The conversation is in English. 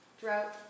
drought